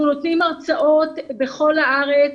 אנחנו נותנים הרצאות בכל הארץ,